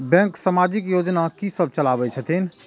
Bank समाजिक योजना की सब चलावै छथिन?